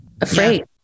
afraid